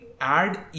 add